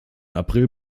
april